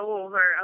over